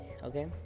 okay